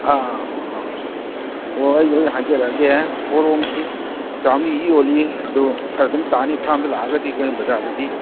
ꯑꯥ ꯑꯥ ꯑꯣ ꯑꯩ ꯂꯣꯏ ꯍꯥꯏꯖꯔꯒꯦ ꯄꯣꯔꯣꯝꯁꯤ ꯆꯥꯝꯃꯔꯤ ꯌꯣꯜꯂꯤ ꯑꯗꯣ ꯈꯔ ꯑꯗꯨꯝ ꯇꯥꯅꯤ ꯐ꯭ꯔꯥꯝꯗ ꯂꯥꯛꯑꯒꯗꯤ ꯑꯩꯈꯣꯏꯅ ꯕꯖꯥꯔꯗꯗꯤ